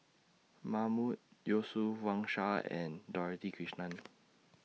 Mahmood Yusof Wang Sha and Dorothy Krishnan